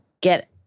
get